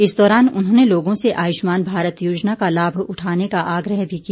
इस दौरान उन्होंने लोगों से आयुष्मान भारत योजना का लाभ उठाने का आग्रह भी किया